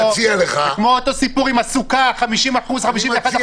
זה כמו הסיפור עם הסוכה 50% או 51%,